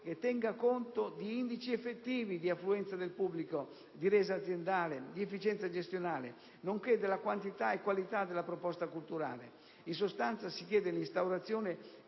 che tenga conto degli indici effettivi di affluenza del pubblico, di resa aziendale e di efficienza gestionale, nonché della quantità e qualità della proposta culturale. In sostanza, si chiede l'instaurazione